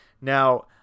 Now